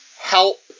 help